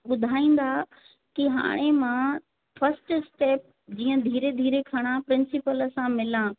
ॿुधाईंदा की हाणे मां फस्ट स्टैप जीअं धीरे धीरे खणां प्रिंसिपल सां मिलां